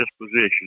disposition